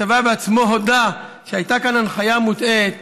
כשהצבא בעצמו הודה שהייתה כאן הנחיה מוטעית,